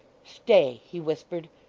stay, he whispered.